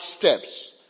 steps